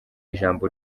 ijambo